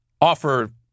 offer